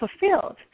fulfilled